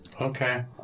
Okay